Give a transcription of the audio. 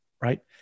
right